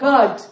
God